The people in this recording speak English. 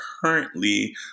currently